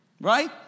Right